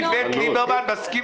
מי האלטרנטיבה לגנץ?